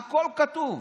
הכול כתוב.